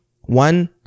one